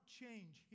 change